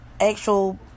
actual